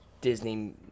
Disney